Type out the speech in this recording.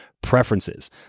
preferences